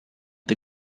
the